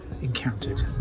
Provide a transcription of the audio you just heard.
encountered